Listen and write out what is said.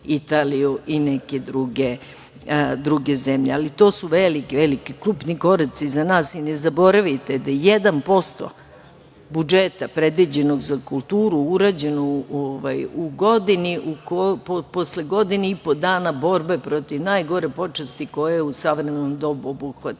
Italiju i neke druge zemlje. To su veliki, krupni koraci za nas i ne zaboravite da 1% budžeta predviđenog za kulturu, urađen je u godini, posle godinu i po dana borbe protiv najgore počasti koja je u savremenom dobu obuhvatila